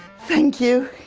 thank you.